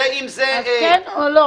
אז כן או לא?